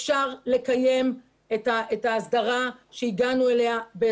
אפשר לקיים את ההסדרה אליה הגענו.